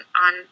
on